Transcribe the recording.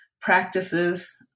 Practices